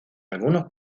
algunos